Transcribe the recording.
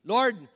Lord